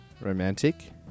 romantic